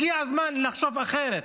הגיע הזמן לחשוב אחרת,